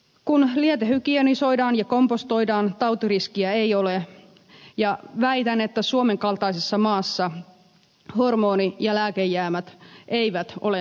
kun liete hygienisoidaan ja kompostoidaan tautiriskiä ei ole ja väitän että suomen kaltaisessa maassa hormoni ja lääkejäämät eivät ole merkittäviä